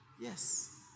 Yes